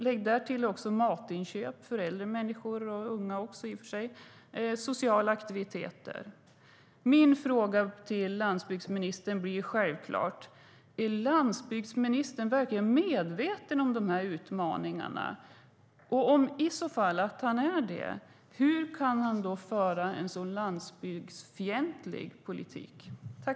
Lägg därtill in matinköp och sociala aktiviteter. Min fråga till landsbygdsministern blir självklart: Är landsbygdsministern verkligen medveten om dessa utmaningar? Om han är det, hur kan han föra en så landsbygdsfientlig politik?